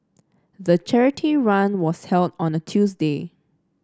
the charity run was held on a Tuesday